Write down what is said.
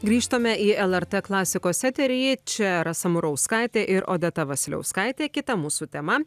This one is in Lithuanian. grįžtame į lrt klasikos eterį čia rasa murauskaitė ir odeta vasiliauskaitė kita mūsų tema